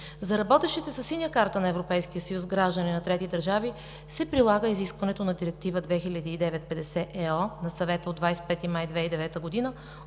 За работещите със „Синя карта на Европейския съюз“ граждани на трети държави се прилага изискването на Директива 2009/50 ЕО на Съвета от 25 май 2009 г.